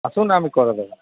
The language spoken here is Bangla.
আসুন না আমি করে দেব